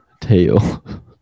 Tail